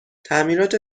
تعمیرات